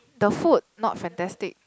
the food not fantastic